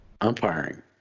umpiring